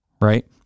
right